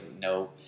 no